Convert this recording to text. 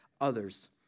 others